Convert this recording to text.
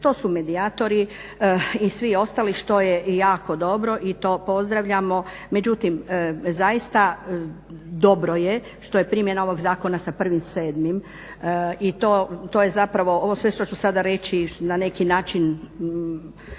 to su medijatori i svi ostali, što je jako dobro i to pozdravljamo. Međutim, zaista, dobro je što je primjena ovog zakona sa 01.07. i to je zapravo, ovo sve što ću sada reći, na neki način,